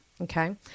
Okay